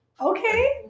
okay